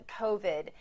COVID